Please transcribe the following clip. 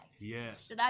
Yes